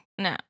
No